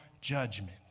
judgment